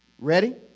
Ready